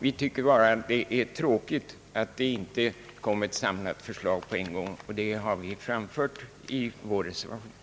Vi tycker bara att det är tråkigt att det inte kom ett samlat förslag på en gång, och det har vi framfört i vår reservation.